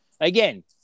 again